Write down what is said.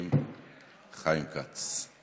החברתיים חיים כץ.